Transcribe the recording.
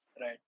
right